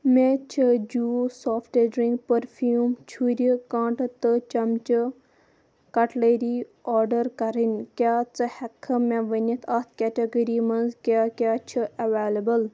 مےٚ چھِ juice soft drink perfume چھُرِ کانٛٹہٕ تہٕ چمچہٕ کٹلٔری آرڈر کَرٕنۍ کیٛاہ ژٕ ہٮ۪کٕکھا مےٚ ؤنِتھ اَتھ کیٹاگٔری منٛز کیٛاہ کیٛاہ چھِ ایٚویلیٛبُل